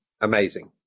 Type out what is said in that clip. Amazing